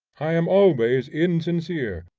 i am always insincere,